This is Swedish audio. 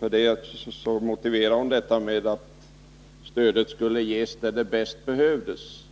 och detta motiveras med att stödet bör ges där det bäst behövs.